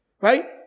right